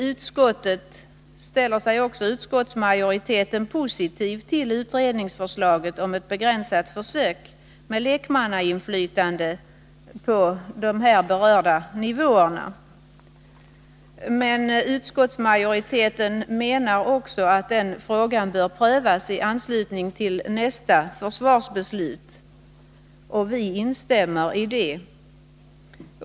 Utskottsmajoriteten ställer sig också positiv till utredningsförslaget om ett begränsat försök med lekmannainflytande på de här berörda nivåerna. Utskottsmajoriteten menar dock att frågan bör prövas i anslutning till nästa försvarsbeslut, och vi instämmer i detta.